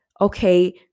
Okay